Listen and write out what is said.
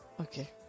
okay